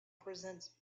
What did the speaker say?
presents